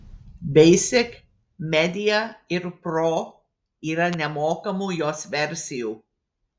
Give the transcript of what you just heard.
basic media ir pro yra nemokamų jos versijų